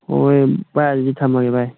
ꯍꯣꯏ ꯚꯥꯏ ꯑꯗꯨꯗꯤ ꯊꯝꯃꯒꯦ ꯚꯥꯏ